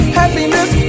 happiness